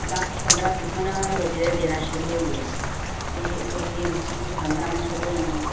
दस पंदरां टिफन रोजै दे देना शुरू होई गे ते लोकें ई रुट्टी पसंद औना शुरू होई गेई